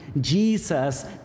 Jesus